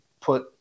put